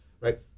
right